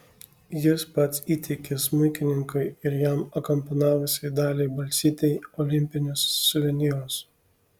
jis pats įteikė smuikininkui ir jam akompanavusiai daliai balsytei olimpinius suvenyrus